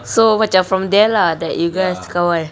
so macam from there like that you guys kawan